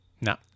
No